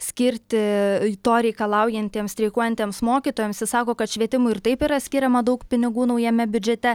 skirti to reikalaujantiems streikuojantiems mokytojams jis sako kad švietimui ir taip yra skiriama daug pinigų naujame biudžete